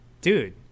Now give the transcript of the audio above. dude